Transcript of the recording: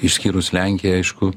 išskyrus lenkiją aišku